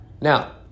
Now